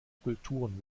kulturen